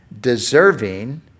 deserving